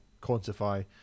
quantify